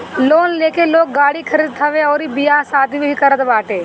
loan लेके लोग गाड़ी खरीदत हवे अउरी बियाह शादी भी करत बाटे